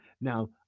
now